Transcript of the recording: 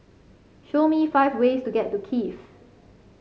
show me five ways to get to Kiev